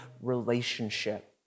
relationship